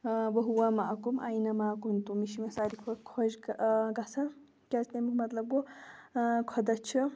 وھُوَ مَعَکُم اَینَ ما کُنتُم یہِ چھِ مےٚ ساروی کھۄتہٕ خۄش گَ گژھان کیازِ تَمیُٚک مطلب گوٚو خۄدا چھِ